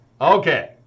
Okay